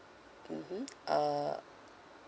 mmhmm uh